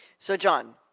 so john.